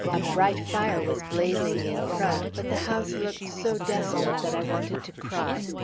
a bright fire was blazing in front, but the house looked so desolate that i wanted to cry.